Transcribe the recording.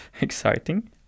Exciting